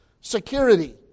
Security